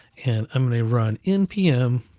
and i'm gonna run npm,